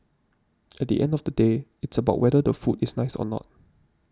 at the end of the day it's about whether the food is nice or not